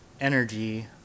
energy